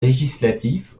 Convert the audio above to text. législatif